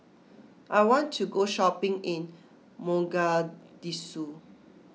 I want to go shopping in Mogadishu